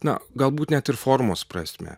na galbūt net ir formos prasme